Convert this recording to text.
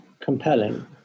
compelling